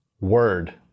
word